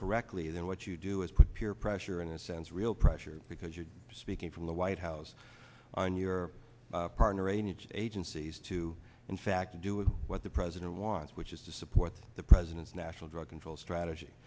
correctly then what you do is put peer pressure in a sense real pressure because you're speaking from the white house on your partner a niche agencies to in fact to do with what the president wants which is to support the president's national drug control strategy